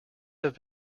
have